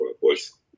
voice